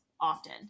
often